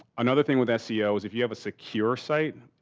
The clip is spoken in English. another thing with seo is if you have a secure site,